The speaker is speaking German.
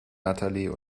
natalie